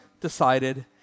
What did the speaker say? decided